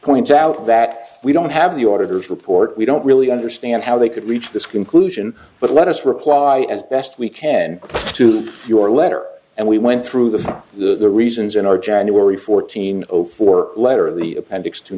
point out that we don't have the auditor's report we don't really understand how they could reach this conclusion but let us reply as best we can to your letter and we went through the the reasons in our january fourteen zero four letter in the appendix t